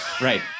right